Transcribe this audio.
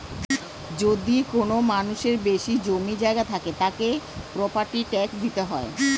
যদি কোনো মানুষের বেশি জমি জায়গা থাকে, তাকে প্রপার্টি ট্যাক্স দিতে হয়